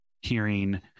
hearing